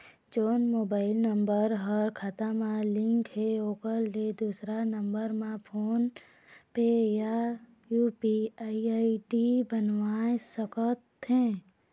जोन mobile number हा खाता मा लिन्क हे ओकर ले दुसर नंबर मा फोन पे या यू.पी.आई आई.डी बनवाए सका थे?